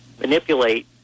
manipulate